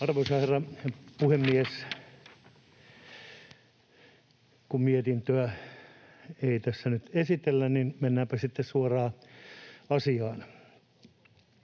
Arvoisa herra puhemies! Kun mietintöä ei tässä nyt esitellä, niin mennäänpä sitten suoraan asiaan.